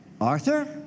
Arthur